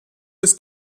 ist